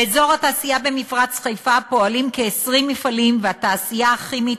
באזור התעשייה במפרץ חיפה פועלים כ-20 מפעלים והתעשייה הכימית,